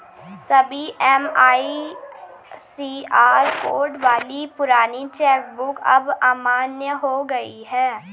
सभी MICR code वाली पुरानी चेक बुक अब अमान्य हो गयी है